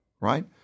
right